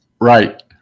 Right